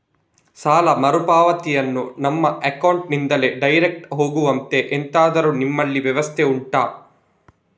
ಸಾಲ ಮರುಪಾವತಿಯನ್ನು ನಮ್ಮ ಅಕೌಂಟ್ ನಿಂದಲೇ ಡೈರೆಕ್ಟ್ ಹೋಗುವಂತೆ ಎಂತಾದರು ನಿಮ್ಮಲ್ಲಿ ವ್ಯವಸ್ಥೆ ಉಂಟಾ